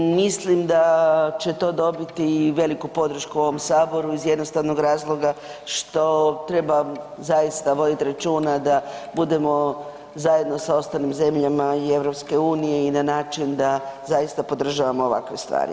Mislim da će to dobiti i veliku podršku u ovom saboru iz jednostavnog razloga što treba zaista vodit računa da budemo zajedno sa ostalim zemljama i EU i na način da zaista podržavamo ovakve stvari.